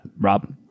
rob